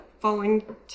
falling